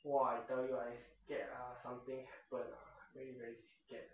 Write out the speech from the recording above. !wah! I tell you ah I scared ah something happen ah very very scared